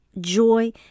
joy